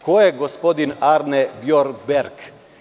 Ko je gospodin Arne Bjornberg?